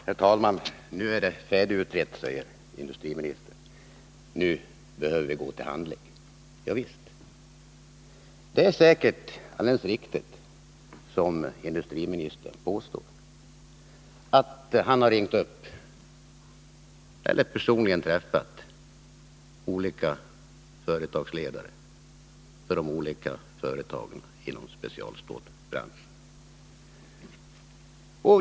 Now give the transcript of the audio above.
Herr talman! Nu är det färdigutrett, säger industriministern, nu måste vi handla. Ja visst, det är säkert alldeles riktigt att industriministern har ringt upp eller personligen träffat ledare för de olika företagen inom specialstålsbranschen.